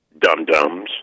dum-dums